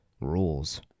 rules